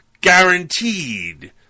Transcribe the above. Guaranteed